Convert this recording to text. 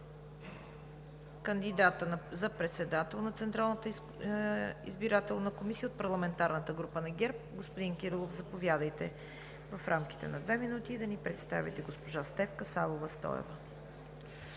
кандидатът за председател на Централната избирателна комисия – от парламентарната група на ГЕРБ. Господин Кирилов, заповядайте – в рамките на две минути, да ни представите госпожа Стефка Савова Стоева.